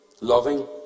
Loving